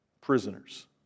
Prisoners